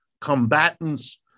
combatants